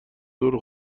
دور